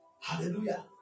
Hallelujah